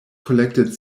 collected